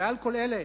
ועל כל אלה